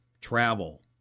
travel